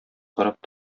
карап